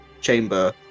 chamber